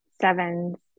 sevens